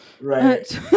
right